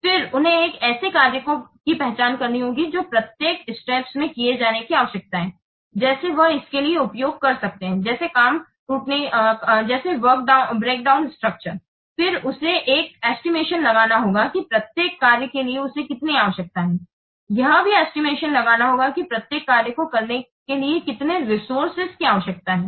फिर उन्हें एक ऐसे कार्य की पहचान करनी होगी जो प्रत्येक स्टेप्स में किए जाने की आवश्यकता है जिसे वह इसके लिए उपयोग कर सकता है जैसे काम टूटने की संरचना etc फिर उसे यह एस्टिमेशन लगाना होगा कि प्रत्येक कार्य के लिए उसे कितनी आवश्यकता है यह भी एस्टिमेशन लगाना होगा कि प्रत्येक कार्य को करने के लिए कितने रिसोर्स की आवश्यकता है